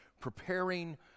preparing